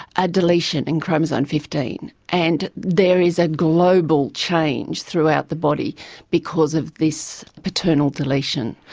a deletion in chromosome fifteen. and there is a global change throughout the body because of this paternal deletion.